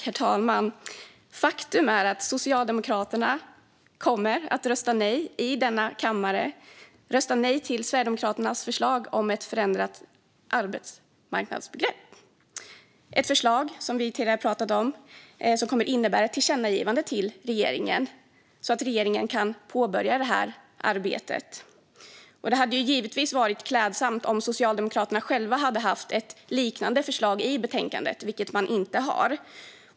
Herr talman! Faktum är att Socialdemokraterna kommer att rösta nej i denna kammare till Sverigedemokraternas förslag om ett förändrat arbetsmarknadsbegrepp. Det är ett förslag som vi tidigare har pratat om och som kommer att innebära ett tillkännagivande till regeringen så att regeringen kan påbörja det här arbetet. Det hade givetvis varit klädsamt om Socialdemokraterna själva hade haft ett liknande förslag i betänkandet, vilket de inte har.